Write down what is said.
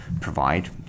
provide